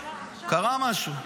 קרה משהו.